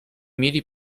mieli